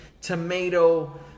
tomato